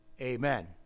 Amen